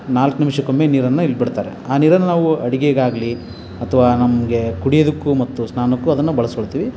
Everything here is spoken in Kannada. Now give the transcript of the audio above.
ನಾಲ್ಕು ನಿಮಿಷಕ್ಕೊಮ್ಮೆ ನೀರನ್ನು ಇಲ್ಲಿ ಬಿಡ್ತಾರೆ ಆ ನೀರನ್ನು ನಾವು ಅಡುಗೆಗಾಗ್ಲಿ ಅಥವಾ ನಮಗೆ ಕುಡಿಯೋದಕ್ಕೂ ಮತ್ತು ಸ್ನಾನಕ್ಕೂ ಅದನ್ನು ಬಳ್ಸ್ಕೊಳ್ತೀವಿ